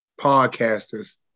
podcasters